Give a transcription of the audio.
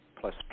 plus